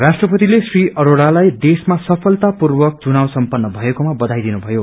राष्ट्रपतिले श्री अरोड़ालाई देशमा सुलतापूर्वक चुनाव सम्पन्न मएको बधाई दिनुम्ज्ञयो